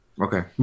Okay